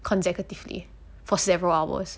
consecutively for several hours